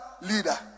leader